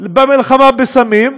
במלחמה בסמים,